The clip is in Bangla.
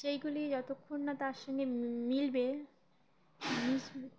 সেইগুলি যতক্ষণ না তার সঙ্গে মিলবে